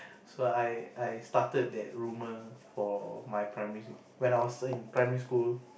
so I I started that rumour for my primary when I was in primary school